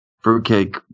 fruitcake